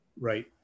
Right